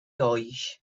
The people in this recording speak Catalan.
oix